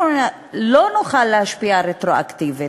אנחנו לא נוכל להשפיע רטרואקטיבית,